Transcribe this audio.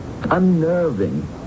Unnerving